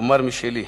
אומר משלי.